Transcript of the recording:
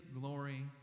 glory